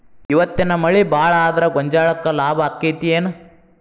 ಇವತ್ತಿನ ಮಳಿ ಭಾಳ ಆದರ ಗೊಂಜಾಳಕ್ಕ ಲಾಭ ಆಕ್ಕೆತಿ ಏನ್?